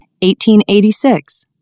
1886